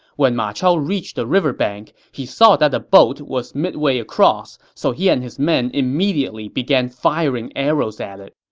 when ma chao reached the river bank, he saw that the boat was midway across, so he and his men immediately began firing arrows at it.